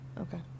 Okay